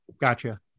Gotcha